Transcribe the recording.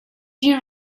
you